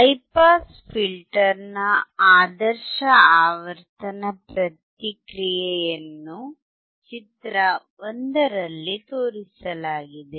high pass ಫಿಲ್ಟರ್ನ ಆದರ್ಶ ಆವರ್ತನ ಪ್ರತಿಕ್ರಿಯೆಯನ್ನು ಚಿತ್ರ ೧ ರಲ್ಲಿ ತೋರಿಸಲಾಗಿದೆ